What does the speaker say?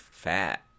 fat